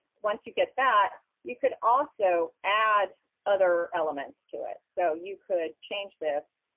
once you get that, you could also add other elements to it. so you could change this,